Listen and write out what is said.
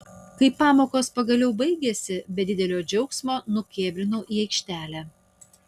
kai pamokos pagaliau baigėsi be didelio džiaugsmo nukėblinau į aikštelę